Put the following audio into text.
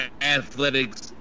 athletics